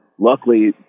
Luckily